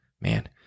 man